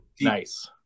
Nice